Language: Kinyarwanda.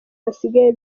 basigaye